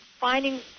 finding